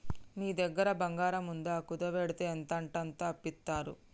నీ దగ్గర బంగారముందా, కుదువవెడ్తే ఎంతంటంత అప్పిత్తరు